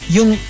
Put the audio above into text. Yung